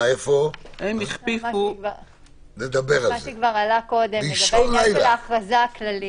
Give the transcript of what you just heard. מה שכבר עלה קודם, לגבי העניין של ההכרזה הכללית.